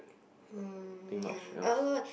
um ya uh oh